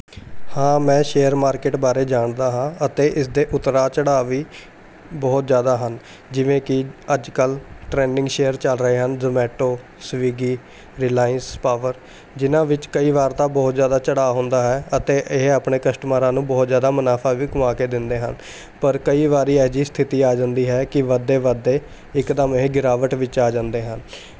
ਹਾਂ ਮੈਂ share market ਬਾਰੇ ਜਾਣਦਾ ਹਾਂ ਅਤੇ ਇਸ ਦੇ ਉਤਰਾਅ ਚੜਾਅ ਵੀ ਬਹੁਤ ਜ਼ਿਆਦਾ ਹਨ ਜਿਵੇਂ ਕਿ ਅੱਜ ਕੱਲ੍ਹ ਟਰੈਂਡਿੰਗ ਸ਼ੇਅਰ ਚੱਲ ਰਹੇ ਹਨ ਜ਼ਮੈਟੋ ਸਵੀਗੀ ਰਿਲਾਇਸ ਪਾਵਰ ਜਿਹਨਾਂ ਵਿੱਚ ਕਈ ਵਾਰ ਤਾਂ ਬਹੁਤ ਜ਼ਿਆਦਾ ਚੜਾਅ ਹੁੰਦਾ ਹੈ ਅਤੇ ਇਹ ਆਪਣੇ ਕਸਟਮਰਾਂ ਨੂੰ ਬਹੁਤ ਜ਼ਿਆਦਾ ਮੁਨਾਫਾ ਵੀ ਕਮਾ ਕੇ ਦਿੰਦੇ ਹਨ ਪਰ ਕਈ ਵਾਰੀ ਇਹ ਜਿਹੀ ਸਥਿਤੀ ਆ ਜਾਂਦੀ ਹੈ ਕਿ ਵੱਧਦੇ ਵੱਧਦੇ ਇੱਕਦਮ ਇਹ ਗਿਰਾਵਟ ਵਿੱਚ ਆ ਜਾਂਦੇ ਹਨ